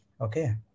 okay